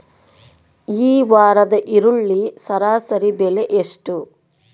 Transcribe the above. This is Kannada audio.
ಈ ವಾರದ ಈರುಳ್ಳಿ ಸರಾಸರಿ ಬೆಲೆ ಎಷ್ಟು?